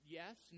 yes